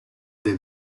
del